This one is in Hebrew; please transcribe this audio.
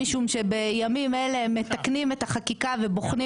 משום שבימים אלה מתקנים את החקיקה ובוחנים